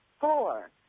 four